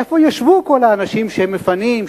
איפה ישבו כל האנשים שמפנים,